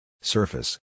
Surface